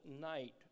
night